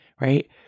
right